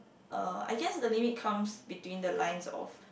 uh I guess the limit comes between the lines of